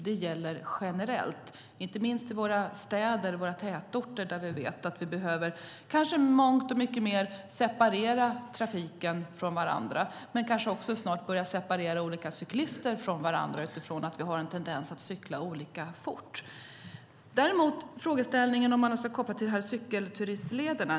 Det gäller generellt, inte minst i våra städer och i våra tätorter där vi vet att vi kanske behöver separera trafiken mycket mer. Men vi kanske också snart behöver börja separera olika cyklister från varandra, utifrån att vi har en tendens att cykla olika fort. Sedan var det frågeställningen om man ska koppla det till de här cykelturistlederna.